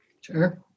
Sure